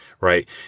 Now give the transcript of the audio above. right